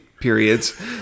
periods